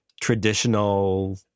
traditional